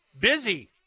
busy